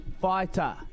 fighter